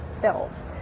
filled